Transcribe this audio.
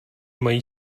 mají